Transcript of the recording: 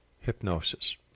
hypnosis